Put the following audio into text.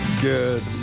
Good